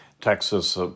Texas